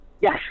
Yes